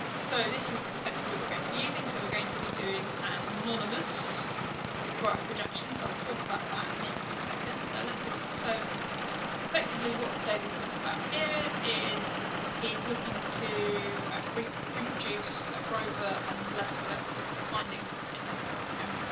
so this is effectively we're going to be using, so we're going to be doing an anonymous graph projection. so i'll talk about that in a second, so let's have a look. so effectively, what david talks about here is he's looking to reproduce grover and leskovec's findings and um